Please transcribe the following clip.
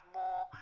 more